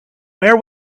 where